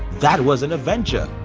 that was an adventure,